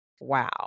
wow